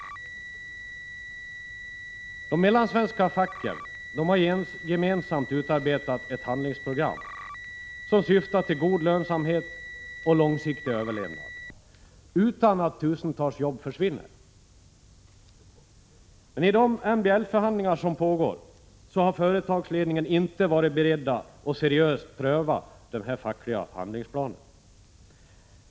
De mellansvenska facken har gemensamt utarbetat ett handlingsprogram som syftar till god lönsamhet och långsiktig överlevnad, utan att tusentals jobb försvinner. I de MBL-förhandlingar som pågår har företagsledningen inte varit beredd att seriöst pröva den fackliga handlingsplanen.